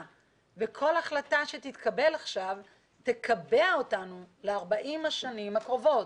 וכל החלטה שתתקבל עכשיו תקבע אותנו ל-40 השנים הקרובות.